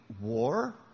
war